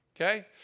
okay